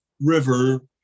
river